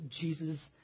Jesus